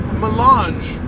melange